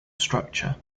structure